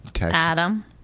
Adam